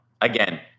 again